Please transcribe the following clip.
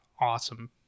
awesome